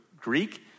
Greek